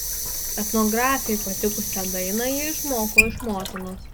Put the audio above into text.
etnografei patikusią dainą ji išmoko iš motinos